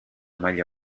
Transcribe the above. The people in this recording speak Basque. maila